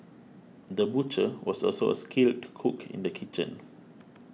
the butcher was also a skilled cook in the kitchen